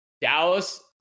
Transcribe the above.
Dallas